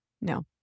No